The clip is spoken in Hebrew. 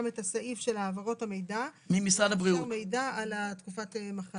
את הסעיף של העברות המידע על תקופת המחלה.